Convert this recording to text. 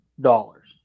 dollars